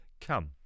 come